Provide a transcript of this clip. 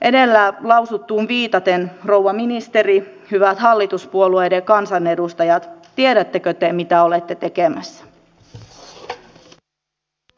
edellä lausuttuun viitaten rouva ministeri hyvät hallituspuolueiden kansanedustajat tiedättekö te mitä olette tekemässä